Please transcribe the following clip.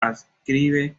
adscribe